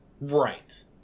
Right